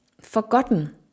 forgotten